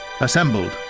assembled